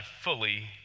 fully